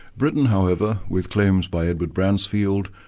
britain however, with claims by edward bransfield,